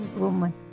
woman